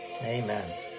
Amen